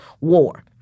War